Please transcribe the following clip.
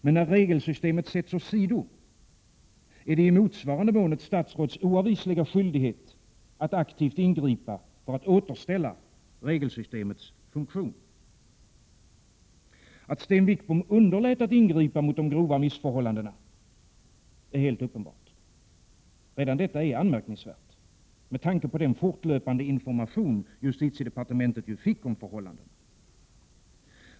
Men när regelsystemet sätts åsido, är det i motsvarande mån ett statsråds oavvisliga skyldighet att aktivt ingripa för att återställa regelsystemets funktion. Att Sten Wickbom underlät att ingripa mot de grova missförhållandena är helt uppenbart. Redan detta är anmärkningsvärt, med tanke på den fortlöpande information justitiedepartementet fick om förhållandena.